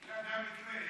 יד המקרה.